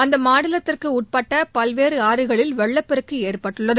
அந்த மாநிலத்திற்கு உட்பட்ட பல்வேறு ஆறுகளில் வெள்ளப்பெருக்கு ஏற்பட்டுள்ளது